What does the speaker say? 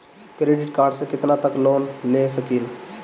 Credit card से कितना तक लोन ले सकईल?